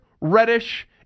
Reddish